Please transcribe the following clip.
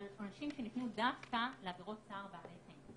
עונשים שניתנו דווקא לעבירות צער בעלי חיים.